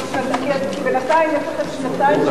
כי בינתיים יש לך שנתיים,